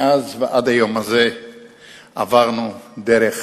מאז ועד היום הזה עברנו דרך